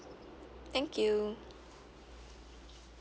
thank you